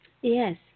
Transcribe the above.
Yes